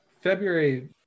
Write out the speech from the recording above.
February